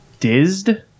Dizzed